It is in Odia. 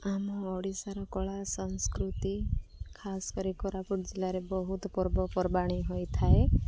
ଆମ ଓଡ଼ିଶାର କଳା ସଂସ୍କୃତି ଖାସ କରି କୋରାପୁଟ ଜିଲ୍ଲାରେ ବହୁତ ପର୍ବପର୍ବାଣି ହୋଇଥାଏ